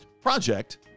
Project